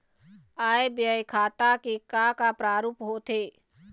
आय व्यय खाता के का का प्रारूप होथे?